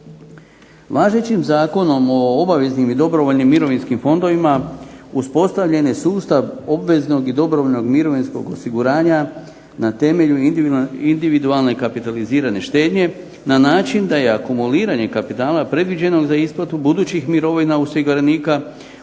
Važećim Zakonom o obaveznim i dobrovoljnim mirovinskim fondovima uspostavljen je sustav obveznog i dobrovoljnog mirovinskog osiguranja na temelju individualne kapitalizirane štednje na način da je akumuliranje kapitala predviđenog za isplatu budućih mirovina osiguranika u